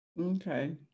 okay